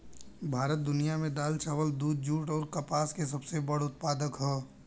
भारत दुनिया में दाल चावल दूध जूट आउर कपास के सबसे बड़ उत्पादक ह